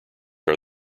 are